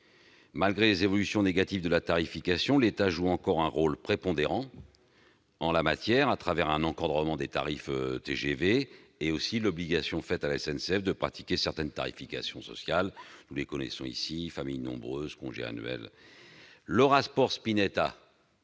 Malgré les évolutions négatives de la tarification, l'État joue encore un rôle prépondérant en la matière au travers d'un encadrement des tarifs TGV et de l'obligation faite à la SNCF de pratiquer certaines tarifications sociales- nous les connaissons : famille nombreuse, congés annuels. Le rapport Spinetta